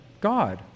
God